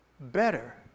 better